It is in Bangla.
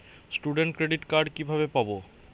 স্টুডেন্ট ক্রেডিট কার্ড কিভাবে পাব?